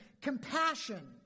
compassion